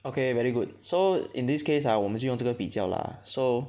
okay very good so in this case ah 我们就用这个比较 lah so